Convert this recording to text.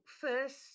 first